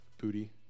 booty